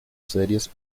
series